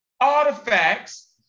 artifacts